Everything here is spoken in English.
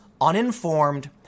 uninformed